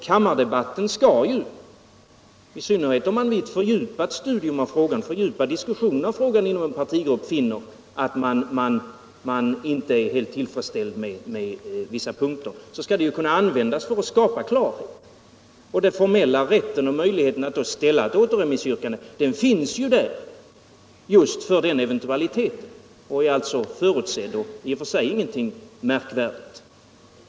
Kammardebatten skall ju —- i synnerhet om man vid fördjupat studium av och fördjupade diskussioner i frågan inom en partigrupp finner att man inte är helt tillfredsställd med vissa punkter — kunna användas för att skapa klarhet. Den formella rätten och möjligheten att ställa ett återremissyrkande finns just för den eventualiteten. Den är alltså förutsedd och i och för sig ingenting märkvärdigt.